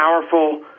powerful